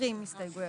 20 הסתייגויות.